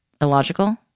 Illogical